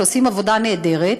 שעושים עבודה נהדרת.